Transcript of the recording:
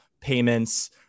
payments